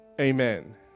Amen